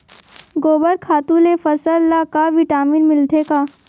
गोबर खातु ले फसल ल का विटामिन मिलथे का?